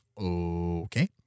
okay